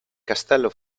castello